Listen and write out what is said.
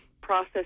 process